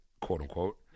quote-unquote